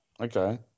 okay